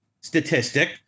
statistic